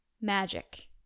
Magic